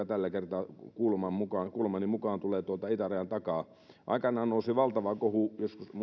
tällä kertaa kuulemani mukaan kuulemani mukaan tulee tuolta itärajan takaa aikanaan nousi valtava kohu